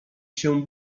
się